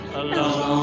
alone